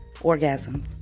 orgasm